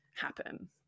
happen